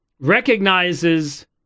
recognizes